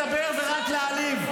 ורק לדבר ורק להעליב.